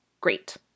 Great